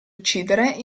uccidere